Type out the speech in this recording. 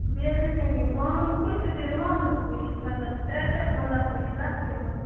بیٚیہِ حظ ٲسۍ مےٚ نِنۍ وانٛگَن کُلۍ تہٕ بیٚیہِ رُوانٛگَن کُلۍ مطلب ترٛےٚ ترٛےٚ گۄنٛزٕ آسَم نِنۍ پریتھ کُنہِ مَنٛز